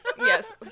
Yes